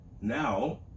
now